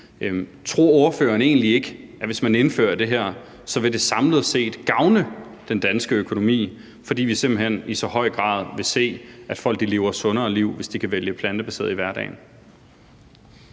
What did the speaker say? Tror ordføreren egentlig ikke, at hvis man indfører det her, vil det samlet set gavne den danske økonomi, fordi vi simpelt hen i så høj grad vil se, at folk lever et sundere liv, hvis de kan vælge det plantebaserede i hverdagen?